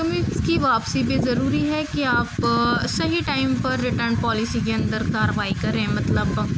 کمی اس کی واپسی بھی ضروری ہے کہ آپ صحیح ٹائم پر رٹرن پالیسی کے اندر کاروائی کریں مطلب